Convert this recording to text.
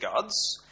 gods